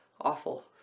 awful